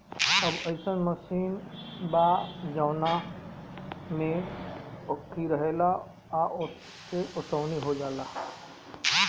अब अइसन मशीन बा जवना में पंखी रहेला आ ओसे ओसवनी हो जाला